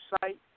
site